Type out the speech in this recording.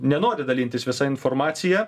nenori dalintis visa informacija